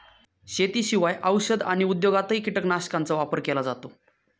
शेतीशिवाय औषध आणि उद्योगातही कीटकनाशकांचा वापर केला जातो